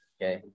Okay